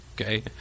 okay